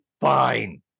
fine